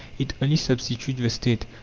it only substitutes the state,